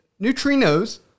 neutrinos